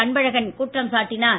அன்பழகன் குற்றம் சாட்டினார்